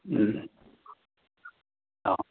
ꯎꯝ ꯑꯥ